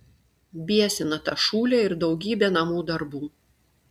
biesina ta šūlė ir daugybė namų darbų